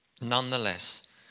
Nonetheless